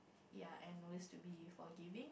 ya and always to be forgiving